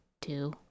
two